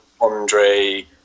Andre